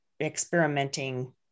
experimenting